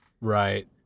Right